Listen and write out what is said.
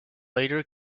later